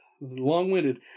long-winded